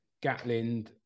gatlin